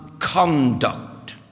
conduct